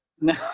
No